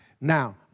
Now